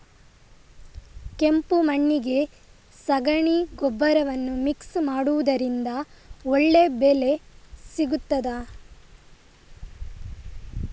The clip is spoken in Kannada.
ಕೆಂಪು ಮಣ್ಣಿಗೆ ಸಗಣಿ ಗೊಬ್ಬರವನ್ನು ಮಿಕ್ಸ್ ಮಾಡುವುದರಿಂದ ಒಳ್ಳೆ ಬೆಳೆ ಸಿಗುತ್ತದಾ?